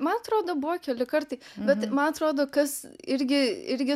man atrodo buvo keli kartai bet man atrodo kas irgi irgi